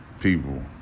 People